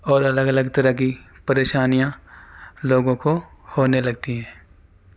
اور الگ الگ طرح کی پریشانیاں لوگوں کو ہونے لگتی ہیں